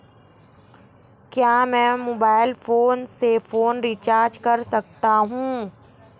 क्या मैं mobile phone से फोन रिचार्ज कर सकता हूं?